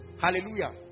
Hallelujah